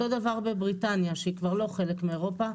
אותו דבר בבריטניה שהיא כבר לא חלק מאירופה,